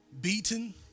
beaten